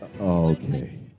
Okay